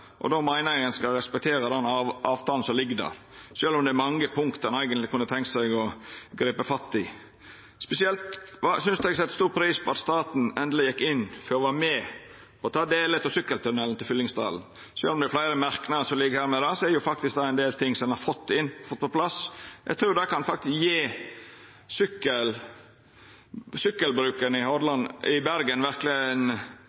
og då meiner eg at ein skal respektera den avtalen som ligg der, sjølv om det er mange punkt ein eigentleg kunna ha tenkt seg å gripa fatt i. Eg set spesielt stor pris på at staten endeleg gjekk inn for å vera med på å ta delar av sykkeltunnelen til Fyllingsdalen. Sjølv om det ligg fleire merknader her om det, er det det faktisk ein del ting ein har fått på plass. Eg trur det kan gje sykkelbrukarane i Bergen eit verkeleg lyft. Å sykla tre kilometer i